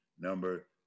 Number